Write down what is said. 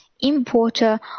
importer